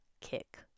kick